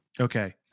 Okay